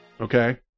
okay